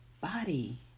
Body